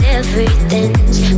everything's